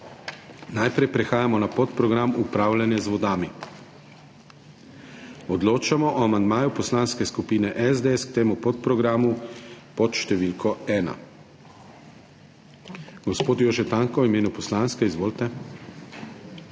Najprej prehajamo na podprogram Upravljanja z vodami. Odločamo o amandmaju Poslanske skupine SDS k temu podprogramu pod številko 1. Gospod Jože Tanko v imenu poslanske. Izvolite.